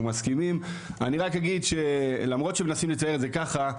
מסכימים אני רק אגיד שלמרות שמנסים לצייר את זה ככה,